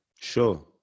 sure